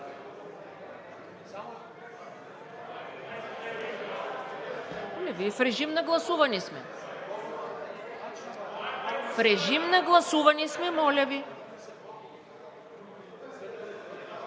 В режим на гласуване сме. В режим на гласуване сме! Моля,